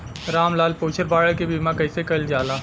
राम लाल पुछत बाड़े की बीमा कैसे कईल जाला?